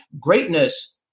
greatness